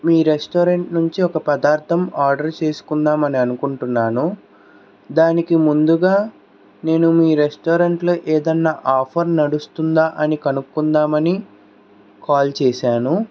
మీ restaurant నుంచి ఒక పదార్థం ఆర్డర్ చేసుకుందామని అనుకుంటున్నాను దానికి ముందుగా నేను మీ రెస్టారెంట్లో ఏదైనా ఆఫర్ నడుస్తుందా అని కనుక్కుందామని కాల్ చేశాను